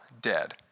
dead